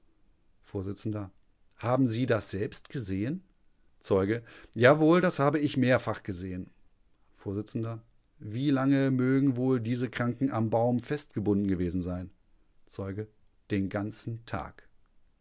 vors haben sie das selbst gesehen zeuge jawohl das habe ich mehrfach gesehen vors wie lange mögen wohl diese kranken am baum festgebunden gewesen sein zeuge den ganzen tag